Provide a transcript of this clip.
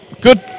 good